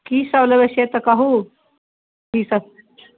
किसब लेबै से तऽ कहू किसब